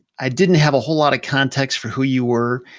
i didn't have a whole lot context for who you were,